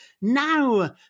Now